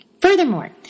Furthermore